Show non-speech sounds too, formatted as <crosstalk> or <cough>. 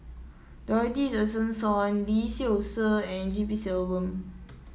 Dorothy Tessensohn Lee Seow Ser and G P Selvam <noise>